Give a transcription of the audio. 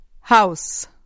House